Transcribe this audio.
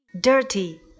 dirty